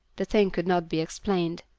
the thing could not be explained.